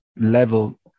level